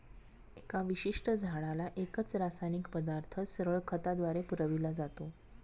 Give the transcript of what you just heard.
एका विशिष्ट झाडाला एकच रासायनिक पदार्थ सरळ खताद्वारे पुरविला जातो